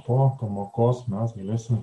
po pamokos mes galėsim